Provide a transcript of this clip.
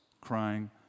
crying